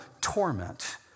torment